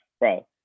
bro